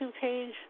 page